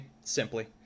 simply